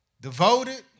devoted